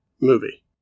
movie